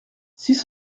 six